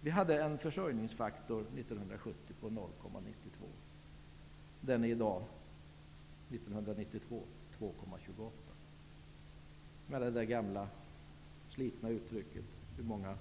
Vi hade en försörjningsfaktor år 1970 på 0,92. Den är nu 2,28. Återigen det gamla slitna uttrycket: Hur många